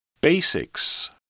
Basics